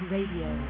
Radio